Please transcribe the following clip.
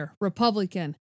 Republican